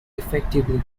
effectively